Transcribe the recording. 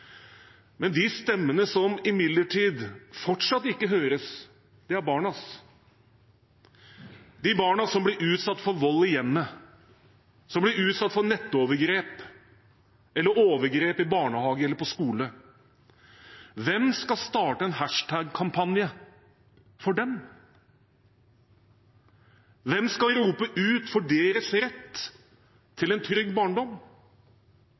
Men de stemmene som imidlertid fortsatt ikke høres, er barnas. De barna som blir utsatt for vold i hjemmet, som blir utsatt for nettovergrep eller overgrep i barnehage eller på skole – hvem skal starte en hashtag-kampanje for dem? Hvem skal rope ut for deres rett til en trygg barndom?